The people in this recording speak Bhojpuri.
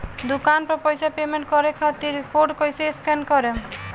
दूकान पर पैसा पेमेंट करे खातिर कोड कैसे स्कैन करेम?